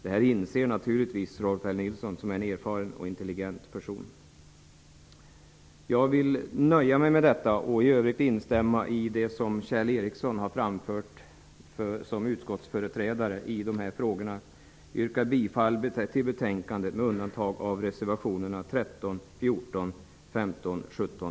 Det här inser naturligtvis Rolf L Nilson, som är en erfaren och intelligent person. Jag vill nöja mig med detta och i övrigt instämma i det som Kjell Ericsson har framfört som utskottsföreträdare i de här frågorna. Jag yrkar bifall till reservationerna 13, 14, 15, 17